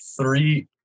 three